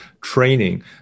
training